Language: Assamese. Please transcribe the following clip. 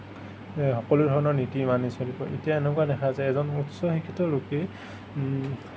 সকলো ধৰণৰ নীতি মানি চলিব এতিয়া এনেকুৱা দেখা যায় এজন উচ্চ শিক্ষিত লোকে